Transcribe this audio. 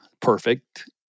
Perfect